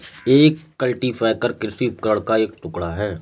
एक कल्टीपैकर कृषि उपकरण का एक टुकड़ा है